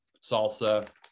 salsa